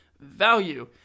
value